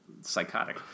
Psychotic